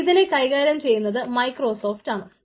ഇതിനെ കൈകാര്യം ചെയ്യുന്നത് മൈക്രോസോഫ്റ്റ് ആണ്